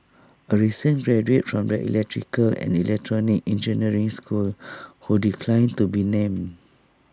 A recent graduate from the electrical and electronic engineering school who declined to be named